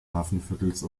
hafenviertels